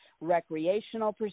recreational